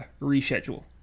reschedule